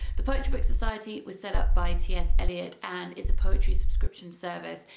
the poetry book society was set up by ts eliot and is a poetry subscription service.